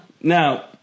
Now